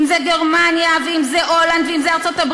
אם זה גרמניה ואם זה הולנד ואם זה ארצות-הברית